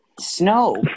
snow